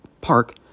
park